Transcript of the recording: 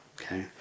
okay